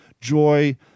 joy